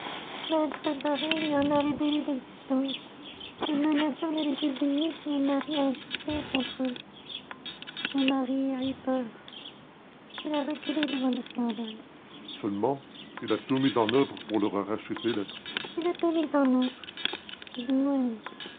lui en a révélé l'existence le menaçant de les publier si mon mari agissait contre eux mon mari a eu peur il a reculé devant le scandale seulement il a tout mis en oeuvre pour leur arracher ces lettres il a tout mis en oeuvre du moins